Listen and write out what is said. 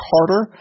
Carter